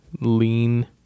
lean